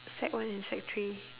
sec one and sec three